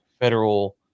federal